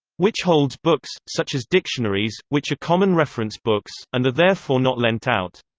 which holds books, such as dictionaries, which are common reference books, and are therefore not lent out.